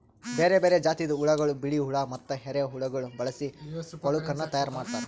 ಬೇರೆ ಬೇರೆ ಜಾತಿದ್ ಹುಳಗೊಳ್, ಬಿಳಿ ಹುಳ ಮತ್ತ ಎರೆಹುಳಗೊಳ್ ಬಳಸಿ ಕೊಳುಕನ್ನ ತೈಯಾರ್ ಮಾಡ್ತಾರ್